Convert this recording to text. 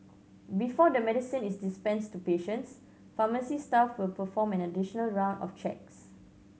before the medicine is dispensed to patients pharmacy staff will perform an additional round of checks